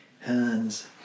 hands